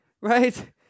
right